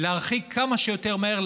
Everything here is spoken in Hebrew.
להרחיק כמה שיותר מהר,